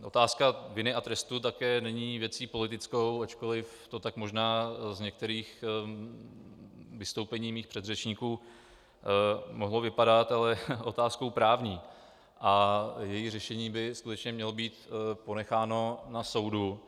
Otázka viny a trestu také není věcí politickou, ačkoliv to tak možná z některých vystoupení mých předřečníků mohlo vypadat, ale je otázkou právní a její řešení by skutečně mělo být ponecháno na soudu.